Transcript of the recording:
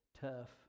tough